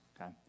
okay